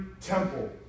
temple